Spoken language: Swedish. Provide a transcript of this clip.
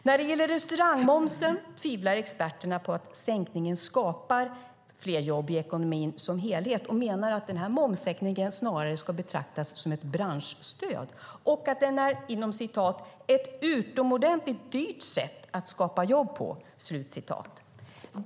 När det gäller restaurangmomsen tvivlar experterna på att sänkningen skapar fler jobb i ekonomin som helhet och menar att den här momssänkningen snarare ska betraktas som ett branschstöd och är "ett utomordentligt dyrt sätt att skapa jobb".